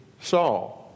Saul